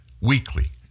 Weekly